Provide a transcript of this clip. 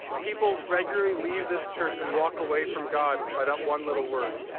people regularly leave this church and walk away from god by that one little word.